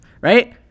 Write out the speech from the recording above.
right